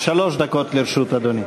שלוש דקות לרשות אדוני.